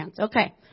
Okay